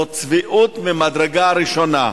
עליו, זאת צביעות ממדרגה ראשונה.